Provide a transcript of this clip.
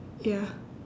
ya